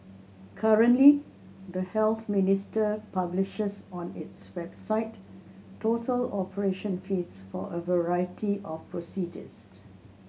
currently the Health Ministry publishes on its website total operation fees for a variety of